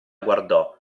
guardò